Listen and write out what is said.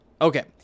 Okay